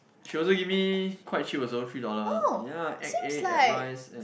she also give me quite cheap also three dollar ya add egg add rice add